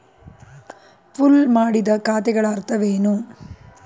Pool ಮಾಡಿದ ಖಾತೆಗಳ ಅರ್ಥವೇನು?